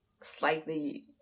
slightly